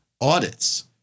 audits